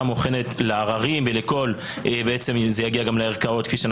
הבוחנת ואולי גם להחלטות של ערכאות אחרות.